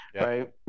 Right